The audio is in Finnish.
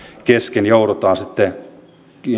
kesken joudumme sitten